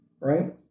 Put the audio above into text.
right